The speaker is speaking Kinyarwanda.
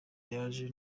yaje